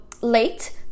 late